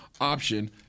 option